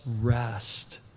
rest